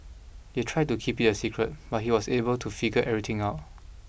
they tried to keep it a secret but he was able to figure everything out